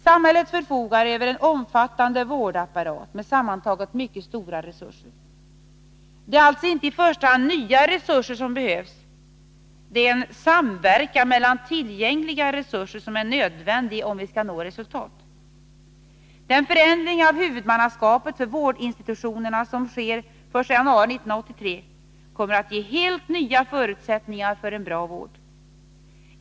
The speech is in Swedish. Samhället förfogar över en omfattande vårdapparat med sammantaget mycket stora resurser. Det är alltså inte i första hand nya resurser som behövs. Det är en samverkan mellan tillgängliga resurser som är nödvändig, om vi skall nå resultat. Den förändring av huvudmannaskapet för vårdinstitutionerna som sker den 1 januari 1983 kommer att ge helt nya förutsättningar för en bra vård.